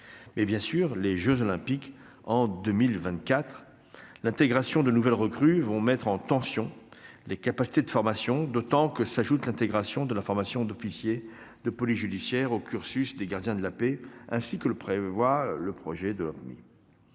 en 2023 et des jeux Olympiques en 2024. L'intégration de nouvelles recrues va mettre en tension les capacités de formation, d'autant que s'y ajoute l'intégration de la formation d'officier de police judiciaire au cursus des gardiens de la paix, toujours aux termes de ce même projet de loi.